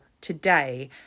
today